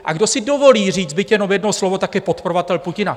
A kdo si dovolí říct byť jenom jedno slovo, tak je podporovatel Putina.